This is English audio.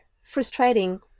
frustrating